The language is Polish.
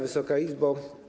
Wysoka Izbo!